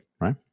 right